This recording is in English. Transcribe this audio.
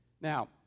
Now